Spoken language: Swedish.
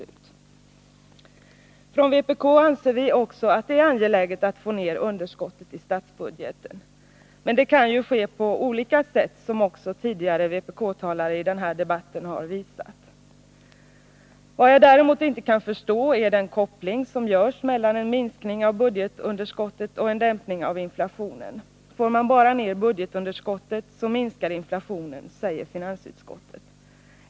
Från vpk anser vi också att det är angeläget att få ned underskottet i statsbudgeten, men det kan ju ske på olika sätt, som också tidigare vpk-talare i den här debatten har visat. Vad jag däremot inte kan förstå är den koppling som görs mellan en minskning av budgetunderskottet och en dämpning av inflationen. Får man bara ned budgetunderskottet, så minskar inflationen, säger finansutskottet.